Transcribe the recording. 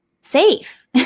safe